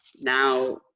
now